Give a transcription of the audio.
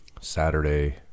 Saturday